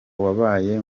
wabaye